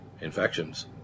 infections